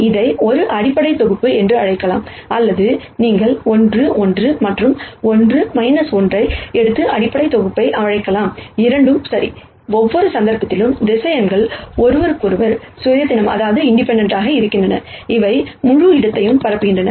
அதை ஒரு அடிப்படை தொகுப்பு என்று அழைக்கலாம் அல்லது நீங்கள் 1 1 மற்றும் 1 1 ஐ எடுத்து அடிப்படை தொகுப்பை அழைக்கலாம் இரண்டும் சரி ஒவ்வொரு சந்தர்ப்பத்திலும் வெக்டர்ஸ் ஒன்றுக்கொன்று இண்டிபெண்டெண்ட் இருக்கின்றன அவை முழு இடத்தையும் பரப்புகின்றன